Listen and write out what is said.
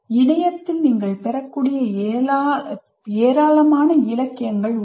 இணையத்தில் நீங்கள் பெறக்கூடிய ஏராளமான இலக்கியங்கள் உள்ளன